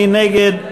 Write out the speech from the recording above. מי נגד?